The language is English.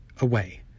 away